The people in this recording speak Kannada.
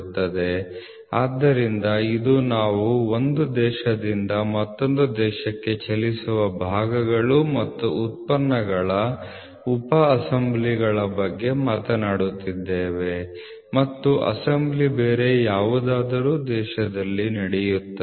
ಆದ್ದರಿಂದ ಇಂದು ನಾವು ಭಾಗಗಳು ಮತ್ತು ಉತ್ಪನ್ನಗಳ ಉಪ ಅಸೆಂಬ್ಲಿಗಳನ್ನು ಒಂದು ದೇಶದಿಂದ ಮತ್ತೊಂದು ದೇಶಕ್ಕೆ ಚಲಿಸುವ ಬಗ್ಗೆ ಮಾತನಾಡುತ್ತಿದ್ದೇವೆ ಮತ್ತು ಅಸೆಂಬ್ಲಿ ಬೇರೆ ಯಾವುದಾದರೂ ದೇಶದಲ್ಲಿ ನಡೆಯುತ್ತದೆ